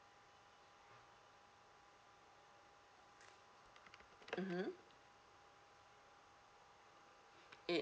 mmhmm